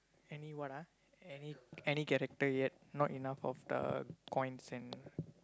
any what ah any character yet not enough of the coins and